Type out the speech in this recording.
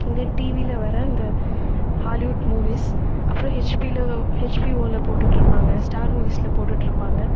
இந்த டிவியில் வர இந்த ஹாலிவுட் மூவிஸ் அப்புறம் ஹெச்பியில் ஹெச்பிஓவில் போட்டுட்டிருப்பாங்க ஸ்டார் மூவிஸில் போட்டுட்டிருப்பாங்க